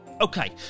Okay